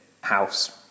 house